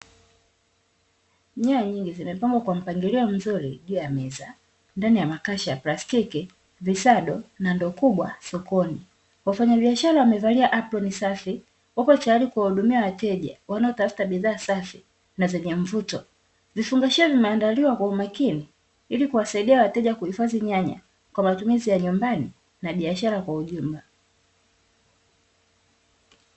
Nyanya nyingi zimepangwa kwa mpangilio mzuri juu ya meza ndani ya makasha ya plastiki visado na ndoo kubwa sokoni. Wafanyabiashara wamevalia aproni safi wako tayari kuwahudumia wateja wanaotafuta bidhaa safi na zenye mvuto, vifungashio vimeandaliwa kwa umakini ilikuwasaidia wateja kuhifadhi nyanya kwa matumizi ya nyumbani na biashara kwa ujumla.